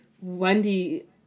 Wendy